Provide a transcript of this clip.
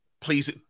Please